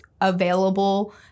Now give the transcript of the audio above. available